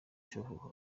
cyohoha